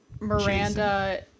Miranda